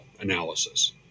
analysis